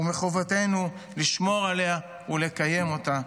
ומחובתנו לשמור עליה ולקיים אותה.